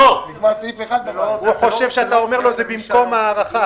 הוא חושב שאתה אומר שזה במקום ההארכה.